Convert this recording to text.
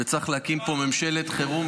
וצריך להקים פה ממשלת חירום,